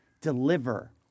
deliver